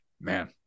man